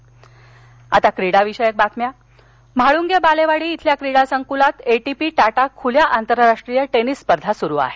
Tata tennis Mhalunge Balewadi इथल्या क्रीडासंकुलात A T P Tata खुल्या आंतरराष्ट्रीय टेनिस स्पर्धा सुरु आहेत